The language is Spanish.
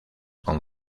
con